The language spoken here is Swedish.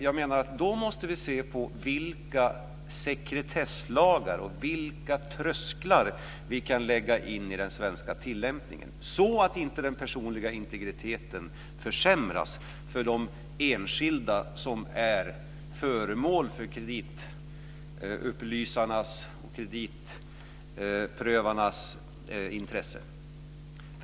Jag menar att vi då måste se på vilka sekretesslagar och vilka trösklar vi kan lägga in i den svenska tillämpningen så att inte den personliga integriteten försämras för de enskilda som är föremål för kreditupplysarnas och kreditprövarnas intresse.